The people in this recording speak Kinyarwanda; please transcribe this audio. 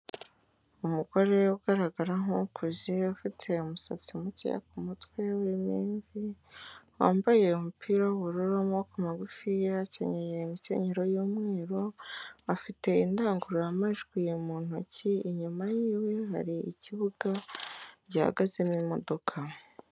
Umugore ugaragara nk'ukuze, ufite umusatsi mukeya ku mutwe urimo imvi, wambaye umupira w'ubururu w'amaboko magufiya, yakenyeye imikenyero y'umweru, afite indangururamajwi mu ntoki, inyuma y'iwe hari ikibuga gihagazemo imodoka.